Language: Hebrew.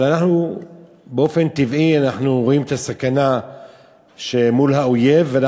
אבל באופן טבעי אנחנו רואים את הסכנה של האויב ממול,